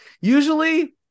usually